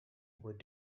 where